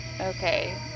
Okay